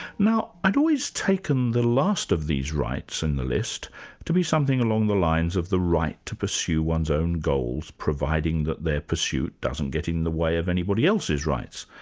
now, i'd always taken the last of these rights on and the list to be something along the lines of the right to pursue one's own goals providing that their pursuit doesn't get in the way of anybody else's rights.